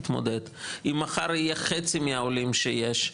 אם מחר יהיו חצי מהעולים שיש,